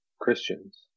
Christians